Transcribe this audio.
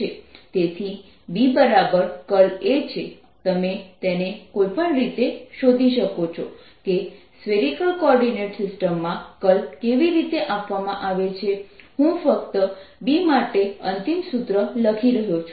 તેથી BA છે તમે તેને કોઈપણ રીતે શોધી શકો છો કે સ્ફેરિકલ કોઓર્ડીનેટ સિસ્ટમમાં કર્લ કેવી રીતે કરવામાં આવે છે હું ફક્ત B માટે અંતિમ સૂત્ર લખી રહ્યો છું